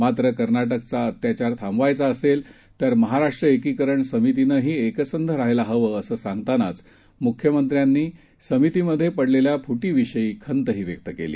मात्रकर्नाटकाचाअत्याचारथांबायचाअसेलतर महाराष्ट्रएकीकरणसमितीनंहीएकसंधराहायलाहवंअसंसांगतानाच मुख्यमंत्र्यांनी समितीमधेपडलेल्याफुटीविषयीखंतहीव्यक्तकेली